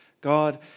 God